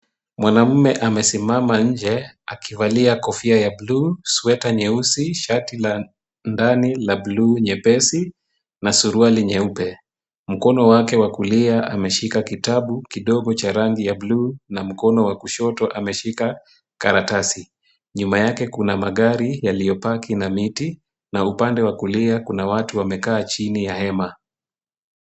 Mwanamume amesimama nje akivalia kofia ya blue ,sweta nyeusi, shati la ndani la blue nyepesi na suruali nyeupe. Mkono wake wakulia ameshika kitabu kidogo cha rangi ya blue na mkono wa kushoto ameshika karatasi. Nyuma yake kuna magari yaliopaki na miti na upande wa kulia kuna watu wamekaa chini ya hema.